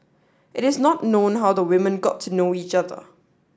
it is not known how the women got to know each other